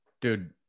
dude